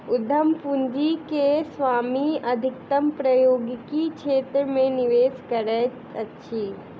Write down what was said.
उद्यम पूंजी के स्वामी अधिकतम प्रौद्योगिकी क्षेत्र मे निवेश करैत अछि